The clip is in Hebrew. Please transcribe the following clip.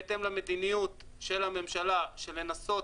בהתאם למדיניות של הממשלה של לנסות